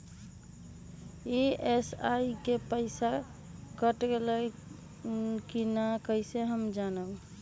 EMI के पईसा कट गेलक कि ना कइसे हम जानब?